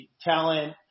talent